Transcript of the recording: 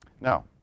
Now